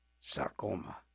sarcoma